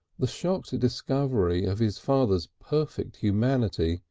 the shocked discovery of his father's perfect humanity,